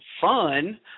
fun